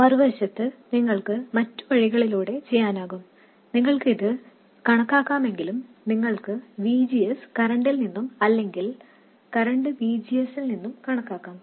മറുവശത്ത് നിങ്ങൾക്ക് മറ്റ് വഴികളിലൂടെ ചെയ്യാനാകും നിങ്ങൾക്ക് ഇത് കണക്കാക്കാമെങ്കിലും നിങ്ങൾക്ക് V G S കറൻറിൽ നിന്നും അല്ലെങ്കിൽ കറൻറ് V G S ൽ നിന്നും കണക്കാക്കാം